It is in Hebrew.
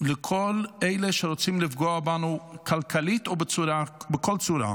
לכל אלה שרוצים לפגוע בנו כלכלית או בכל צורה.